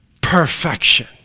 Perfection